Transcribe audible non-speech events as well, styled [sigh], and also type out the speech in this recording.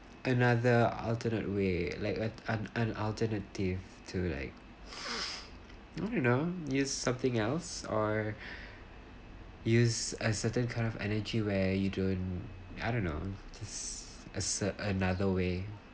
another alternate way like an an an alternative to like [noise] you know use something else or [breath] use a certain kind of energy where you don't I don't know just as a another way